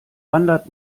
wandert